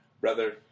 brother